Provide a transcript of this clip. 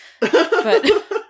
But-